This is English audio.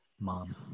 mom